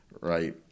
right